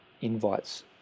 invites